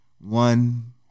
One